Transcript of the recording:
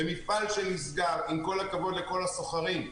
עם כל הכבוד לכל הסוחרים,